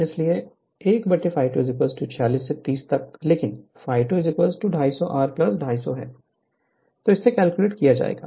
इसलिए 1 ∅ 2 46 से 30 तक लेकिन ∅ 2 250 R 250 से कैलकुलेट किया जाएगा